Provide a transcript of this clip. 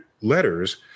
letters